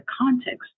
context